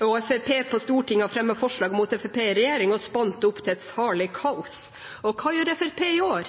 og Fremskrittspartiet på Stortinget fremmet forslag mot Fremskrittspartiet i regjering og spant opp til et salig kaos. Hva gjør Fremskrittspartiet i år?